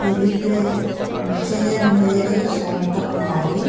Elipe Vijaya Mary Shanta Kumari